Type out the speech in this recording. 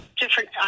different